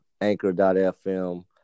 Anchor.fm